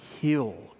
healed